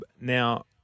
Now